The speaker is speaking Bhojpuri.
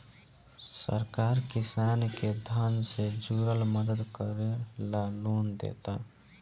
सरकार किसान के धन से जुरल मदद करे ला लोन देता